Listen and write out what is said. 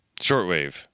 shortwave